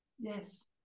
yes